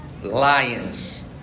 lions